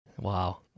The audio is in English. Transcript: Wow